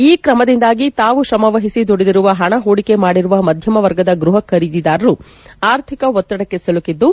ಈ ಕ್ರಮದಿಂದಾಗಿ ತಾವು ಕ್ರಮವಹಿಸಿ ದುಡಿದಿರುವ ಹಣ ಹೂಡಿಕೆ ಮಾಡಿರುವ ಮಧ್ಯಮ ವರ್ಗದ ಗೃಹ ಖರೀದಿದಾರರು ಆರ್ಥಿಕ ಒತ್ತಡಕ್ಕೆ ಸಿಲುಕಿದ್ದು